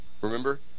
remember